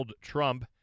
Trump